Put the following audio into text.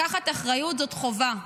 לקחת אחריות זאת חובה.